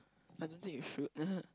I don't think you should